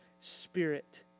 Spirit